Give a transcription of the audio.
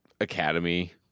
Academy